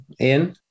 Ian